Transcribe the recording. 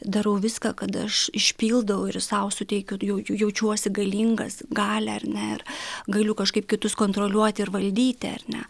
darau viską kada aš išpildau ir sau suteikiu jaučiuosi galingas galią ar ne ir galiu kažkaip kitus kontroliuoti ir valdyti ar ne